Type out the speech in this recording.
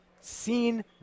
seen